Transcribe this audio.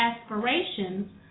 aspirations